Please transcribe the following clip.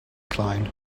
cline